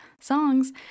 songs